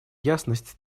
ясность